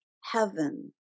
heaven